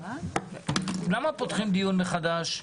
למה פותחים דיון מחדש?